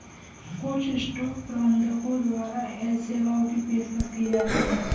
कुछ स्टॉक प्रबंधकों द्वारा हेज सेवाओं की पेशकश की जाती हैं